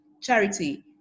Charity